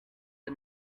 the